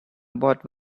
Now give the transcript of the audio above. about